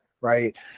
right